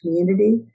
community